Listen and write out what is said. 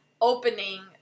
opening